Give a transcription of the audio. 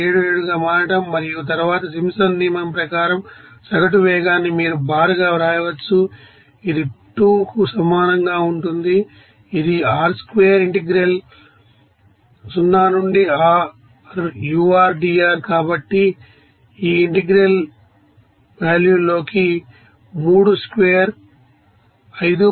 77 గా మారడం మరియు తరువాత సింప్సన్స్ నియమం ప్రకారం సగటు వేగాన్ని మీరు బార్ గా వ్రాయవచ్చు ఇది 2 కు సమానం అవుతుంది ఇది ఆర్ స్క్వేర్ ఇంటిగ్రేట్ 0 నుండి r ur dr కాబట్టి ఈ ఈ ఇంటిగ్రల్ వాల్యూలోనికి 3 స్క్వేర్ 5